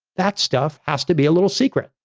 that stuff has to be a little secret.